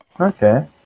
Okay